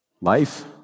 life